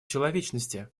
человечности